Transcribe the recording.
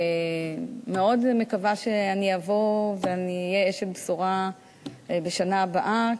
ואני מאוד מקווה שאני אהיה אשת בשורה בשנה הבאה,